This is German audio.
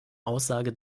aussage